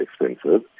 expensive